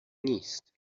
نیست